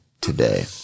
today